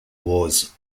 was